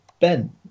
Ben